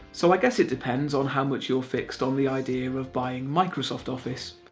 so i guess it depends on how much you are fixed on the idea of buying microsoft office.